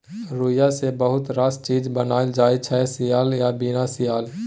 रुइया सँ बहुत रास चीज बनाएल जाइ छै सियल आ बिना सीयल